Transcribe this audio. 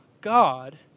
God